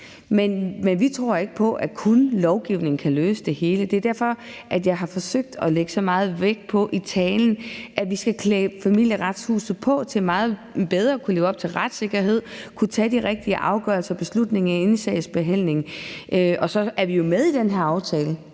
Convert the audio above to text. men vi tror ikke på, at kun lovgivning kan løse det hele. Det derfor, jeg i min tale har forsøgt at lægge så meget vægt på, at vi skal klæde Familieretshuset på til bedre at kunne leve op til at sikre retssikkerheden og kunne træffe de rigtige afgørelser og beslutninger i en sagsbehandling. Og så er vi jo med i den her aftale,